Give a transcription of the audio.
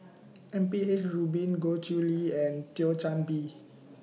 M P H Rubin Goh Chiew Lye and Thio Chan Bee